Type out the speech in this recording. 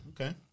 okay